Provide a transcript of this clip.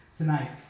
tonight